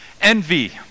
Envy